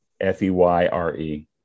F-E-Y-R-E